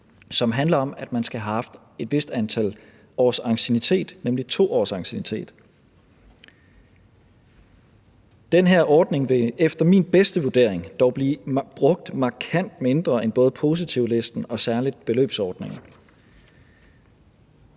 som handler om, at man skal have haft et vist antal års anciennitet, nemlig 2 års anciennitet. Kl. 15:48 Den her ordning vil efter min bedste vurdering dog blive brugt markant mindre end både positivlisten og særlig beløbsordningen.